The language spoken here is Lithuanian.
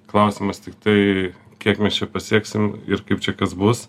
klausimas tiktai kiek mes čia pasieksim ir kaip čia kas bus